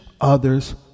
other's